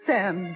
Sam